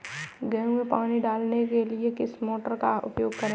गेहूँ में पानी डालने के लिए किस मोटर का उपयोग करें?